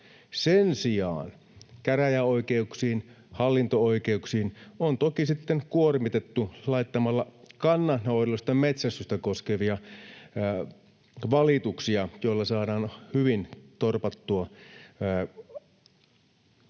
Sen sijaan käräjäoikeuksia, hallinto-oikeuksia on toki sitten kuormitettu laittamalla kannanhoidollista metsästystä koskevia valituksia, joilla saadaan hyvin torpattua